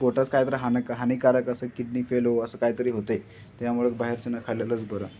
पोटाच काहीतरी हान हानीकारक असं किडनी फेलो असं काय तरी होतं त्यामुळे बाहेरचं न खाल्लेलंच बरं